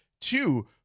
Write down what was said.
Two